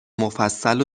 مفصل